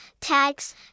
tags